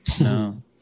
No